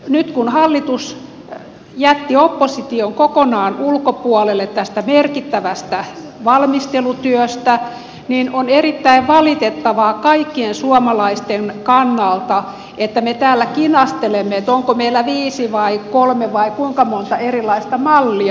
nyt kun hallitus jätti opposition kokonaan ulkopuolelle tästä merkittävästä valmistelutyöstä on erittäin valitettavaa kaikkien suomalaisten kannalta että me täällä kinastelemme siitä onko meillä viisi vai kolme vai kuinka monta erilaista mallia